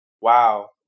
wow